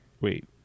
Wait